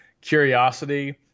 curiosity